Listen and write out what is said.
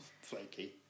flaky